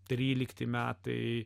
trylikti metai